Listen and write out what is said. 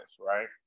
right